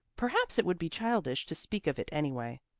perhaps it would be childish to speak of it anyway.